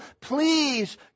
please